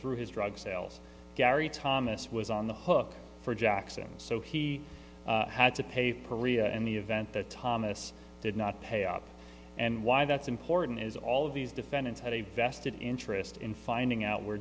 through his drug sales gary thomas was on the hook for jackson's so he had to pay perea and the event that thomas did not pay up and why that's important is all of these defendants had a vested interest in finding out where